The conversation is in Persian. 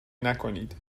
نکنید